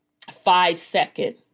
five-second